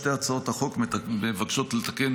שתי הצעות החוק מבקשות לתקן,